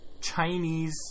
Chinese